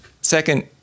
Second